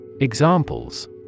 Examples